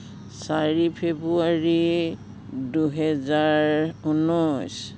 চাৰি ফেব্ৰুৱাৰী দুহেজাৰ ঊনৈছ